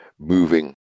moving